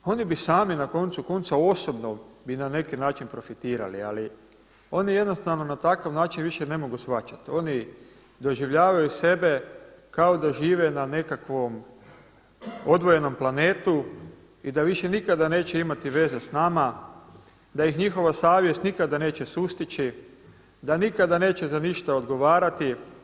Oni bi sami na koncu konca osobno bi na neki način profitirali ali oni jednostavno na takav način više ne mogu shvaćati, oni doživljavaju sebe kao da žive na nekakvom odvojenom planetu i da više nikada neće imati veze s nama, da ih njihova savjest nikada neće sustići, da nikada neće za ništa dogovarati.